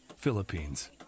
Philippines